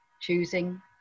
choosing